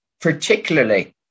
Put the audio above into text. particularly